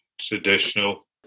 traditional